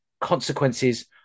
consequences